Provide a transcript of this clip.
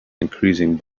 increasing